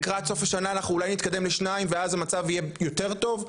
שלקראת סוף השנה אנחנו אולי נתקדם לשניים ואז המצב יהיה יותר טוב,